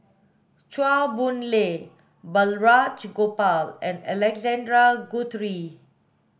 Chua Boon Lay Balraj Gopal and Alexander Guthrie